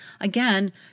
Again